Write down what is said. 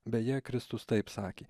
beje kristus taip sakė